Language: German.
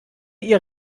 ihr